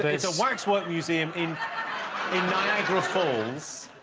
it's a waxwork museum in in falls